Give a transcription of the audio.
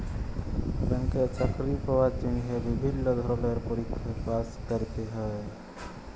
ব্যাংকে চাকরি পাওয়ার জন্হে বিভিল্য ধরলের পরীক্ষায় পাস্ ক্যরতে হ্যয়